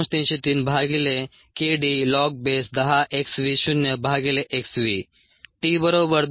303 भागीले k d log base 10 x v शून्य भागीले x v